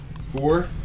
four